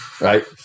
right